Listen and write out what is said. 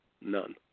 None